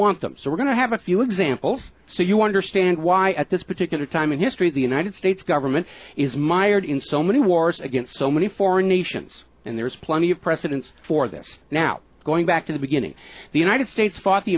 want them so we're going to have a few examples so you understand why at this particular time in history the united states government is mired in so many wars against so many foreign nations and there's plenty of precedents for this now going back to the beginning the united states fought the